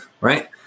right